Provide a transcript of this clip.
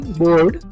board